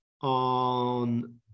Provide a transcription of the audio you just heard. on